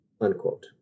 Unquote